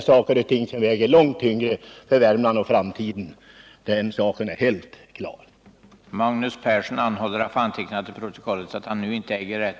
Sådant väger långt tyngre för Värmland för framtiden, den saken är helt klar.